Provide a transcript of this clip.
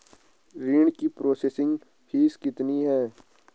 ऋण की processing fees कितनी है?